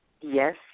yes